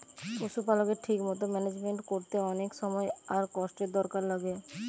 পশুপালকের ঠিক মতো ম্যানেজমেন্ট কোরতে অনেক সময় আর কষ্টের দরকার লাগে